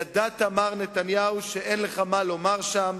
ידעת, מר נתניהו, שאין לך מה לומר שם.